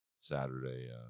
saturday